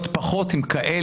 וכדי להיות פחות עם כאלה